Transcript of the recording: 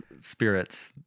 spirits